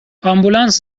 آمبولانس